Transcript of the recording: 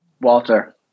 Walter